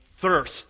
thirst